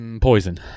poison